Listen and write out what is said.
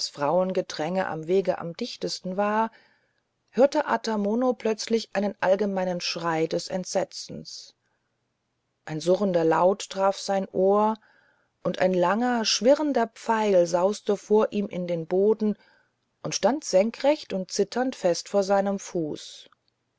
frauengedränge am wege am dichtesten war hörte ata mono plötzlich einen allgemeinen schrei des entsetzens ein surrender laut traf sein ohr und ein langer schwirrender pfeil sauste vor ihm in den boden und stand senkrecht und zitternd fest vor seinem fuß